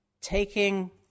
taking